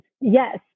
Yes